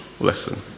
lesson